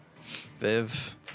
Viv